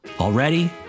Already